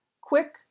Quick